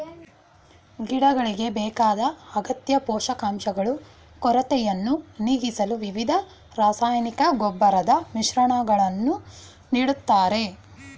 ಗಿಡಗಳಿಗೆ ಬೇಕಾದ ಅಗತ್ಯ ಪೋಷಕಾಂಶಗಳು ಕೊರತೆಯನ್ನು ನೀಗಿಸಲು ವಿವಿಧ ರಾಸಾಯನಿಕ ಗೊಬ್ಬರದ ಮಿಶ್ರಣಗಳನ್ನು ನೀಡ್ತಾರೆ